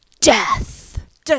death